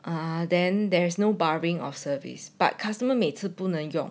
and then there is no barring of service but customer 每次不能用